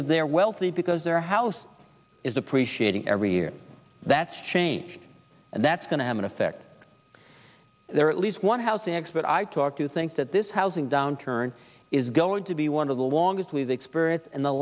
of they're wealthy because their house is appreciating every year that's changed and that's going to have an effect there at least one housing expert i talked to think that this housing downturn is going to be one of the longest with experience in the